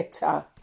better